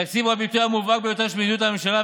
התקציב הוא הביטוי המובהק ביותר של מדיניות הממשלה,